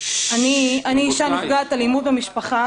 אני אישה נפגעת אלימות במשפחה